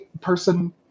person